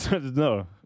No